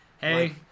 Hey